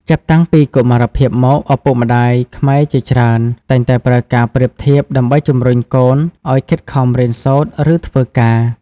ចាប់តាំងពីកុមារភាពមក ឪពុកម្តាយខ្មែរជាច្រើនតែងតែប្រើការប្រៀបធៀបដើម្បីជំរុញកូនឲ្យខិតខំរៀនសូត្រ ឬធ្វើការ។